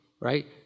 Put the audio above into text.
right